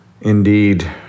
indeed